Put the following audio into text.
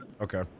Okay